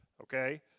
okay